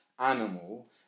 animal